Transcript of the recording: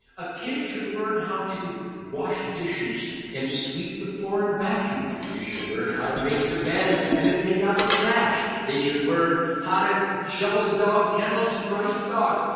a kid should learn how to wash dishes and sweep the floor and vacuum. they should learn how to make the bed and to take out the trash. they should learn how to shovel the dog kennels and brush the dogs.